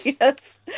Yes